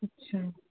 আচ্ছা